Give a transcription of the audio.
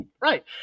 Right